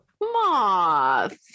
Moth